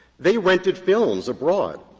they rented films abroad.